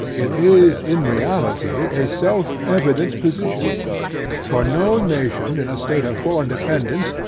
it is in reality a self-evident position for no nation in a state of foreign dependance,